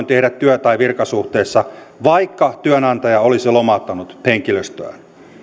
tehdä työ tai virkasuhteessa vaikka työnantaja olisi lomauttanut henkilöstöään